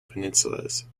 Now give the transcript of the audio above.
peninsulas